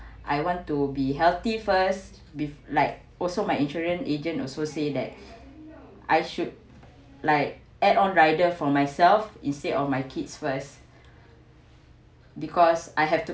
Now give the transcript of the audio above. I want to be healthy first with like also my insurance agent also say that I should like add on rider for myself instead of my kids first because I have to